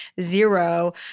zero